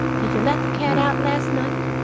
did you let the cat out last night?